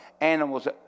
animals